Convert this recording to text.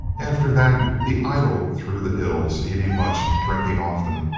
after that, he idled through the hills eating much, drinking often,